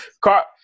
Car